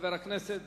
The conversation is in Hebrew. חבר הכנסת